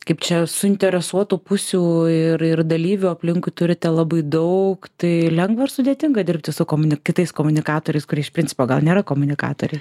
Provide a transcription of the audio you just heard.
kaip čia suinteresuotų pusių ir ir dalyvių aplinkui turite labai daug tai lengva ar sudėtinga dirbti su komuni kitais komunikatoriais kurie iš principo gal nėra komunikatoriai